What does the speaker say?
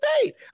state